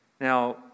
Now